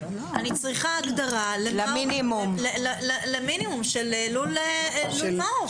אני צריכה הגדרה למינימום של לול מעוף.